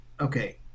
okay